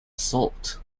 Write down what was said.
salt